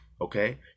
okay